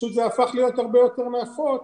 פשוט זה הפך להיות הרבה יותר נפוץ